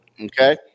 okay